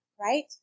right